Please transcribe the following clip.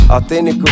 Authentic